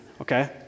okay